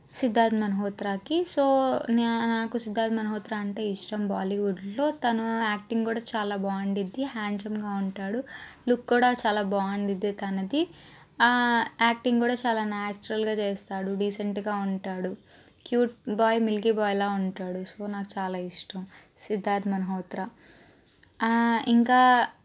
సిద్ధార్థ్ మల్హోత్రాకి సో నాకు సిద్ధార్థ్ మల్హోత్రా అంటే ఇష్టం బాలీవుడ్లో తన యాక్టింగ్ కూడా చాలా బాగుండిద్ది హ్యాండ్సమ్గా ఉంటాడు లుక్ కూడా చాలా బాగుండిద్ది తనది యాక్టింగ్ కూడా చాలా నాచురల్గా చేస్తాడు డీసెంట్గా ఉంటాడు క్యూట్ బాయ్ మిల్కీ బాయ్లా ఉంటాడు సో నాకు చాలా ఇష్టం సిద్ధార్థ్ మల్హోత్రా ఇంకా